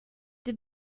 did